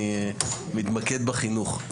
אני מתמקד בחינוך.